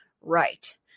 right